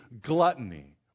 gluttony